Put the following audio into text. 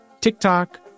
TikTok